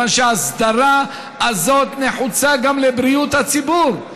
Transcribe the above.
מכיוון שההסדרה הזאת נחוצה גם לבריאות הציבור,